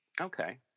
Okay